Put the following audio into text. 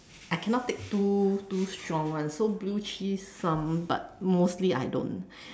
I cannot take too too strong one so blue cheese some but mostly I don't